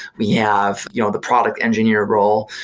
we have you know the product engineer role.